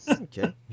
Okay